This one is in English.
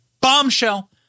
bombshell